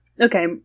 Okay